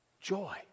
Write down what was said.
joy